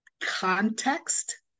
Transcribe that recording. context